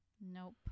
Nope